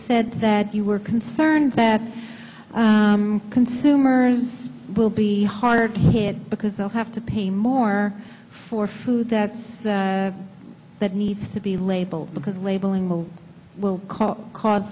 said that you were concerned that consumers will be hard hit because they'll have to pay more for food that's that needs to be labeled because labeling will call cause